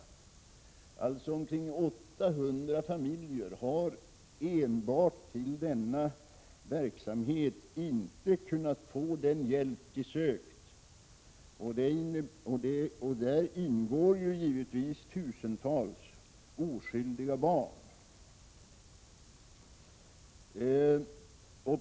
Således har omkring 800 familjer inte kunnat få den hjälp de har sökt. I den siffran ingår givetvis tusentals oskyldiga barn.